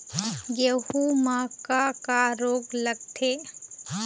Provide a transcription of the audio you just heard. गेहूं म का का रोग लगथे?